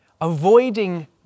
Avoiding